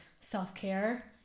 self-care